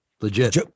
Legit